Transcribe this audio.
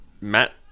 Matt